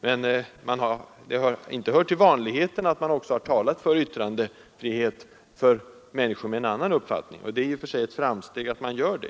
Men det har inte hört till vanligheten att man också har talat för yttrandefrihet för människor med en annan uppfattning, och det är ett framsteg att man gör det.